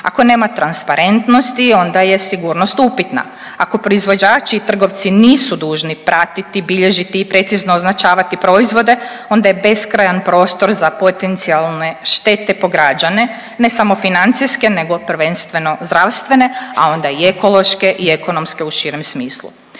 Ako nema transparentnosti onda je sigurnost upitna. Ako proizvođači i trgovci nisu dužni pratiti, bilježiti i precizno označavati proizvode onda je beskrajan prostor za potencijalne štete po građane ne samo financijske nego prvenstveno zdravstvene, a onda i ekološke i ekonomske u širem smislu.